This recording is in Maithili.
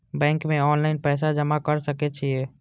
बैंक में ऑनलाईन पैसा जमा कर सके छीये?